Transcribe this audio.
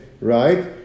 right